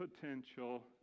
potential